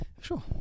Sure